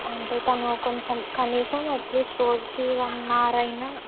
అంటే తను కొంచెం కనీసం అట్లీస్ట్ రోజుకి వన్ అవర్ అయినా